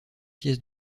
pièces